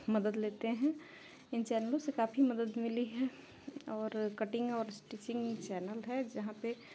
मदद लेते हैं इन चैनलों से काफ़ी मदद मिली है और कटिंग और स्टिचिंग स्टिचिंग चैनल हैं जहाँ पे